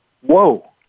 Whoa